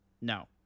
No